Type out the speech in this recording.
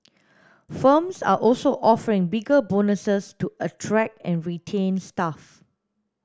firms are also offering bigger bonuses to attract and retain staff